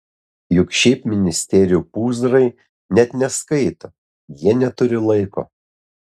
juk šiaip ministerijų pūzrai net neskaito jie neturi laiko